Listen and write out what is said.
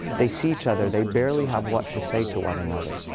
they see each other. they barely have what to say to one another.